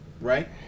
right